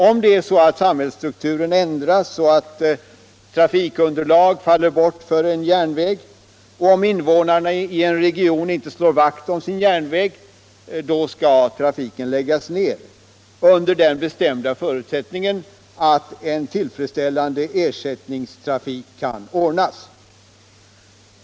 Om samhällsstrukturen ändras så att det trafikunderlag som behövs faller bort och om invånarna i en region inte slår vakt om sin järnväg, då skall trafik kunna läggas ned - under den bestämda förutsättningen att en tillfredsställande ersättningstrafik ordnas.